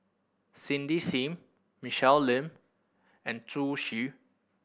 Cindy Sim Michelle Lim and Zhu Xu